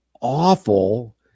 awful